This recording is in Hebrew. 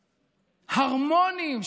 הרמוניים,